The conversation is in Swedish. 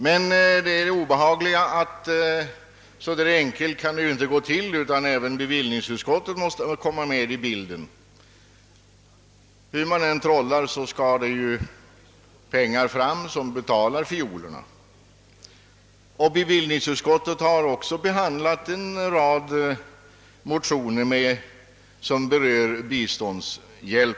Men det obehagliga är att det inte kan gå till så enkelt utan att också bevillningsutskottet skall komma med i bilden. Hur man än trollar skall pengar komma fram som betalar fiolerna. Bevillningsutskottet har också behandlat en rad motioner som berör biståndsverksamheten.